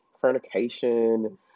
fornication